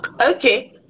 Okay